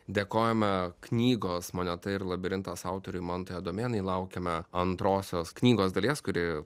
dėkojame knygos moneta ir labirintas autoriui mantui adomėnui laukiame antrosios knygos dalies kuri